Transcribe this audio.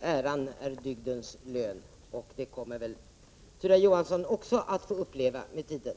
Äran är dygdens lön. Och det kommer väl Tyra Johansson också att få uppleva med tiden.